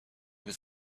was